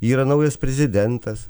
yra naujas prezidentas